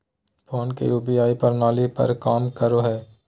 phone पे UPI प्रणाली पर काम करो हय